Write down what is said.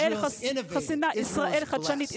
ישראל חדשנית.